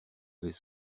avait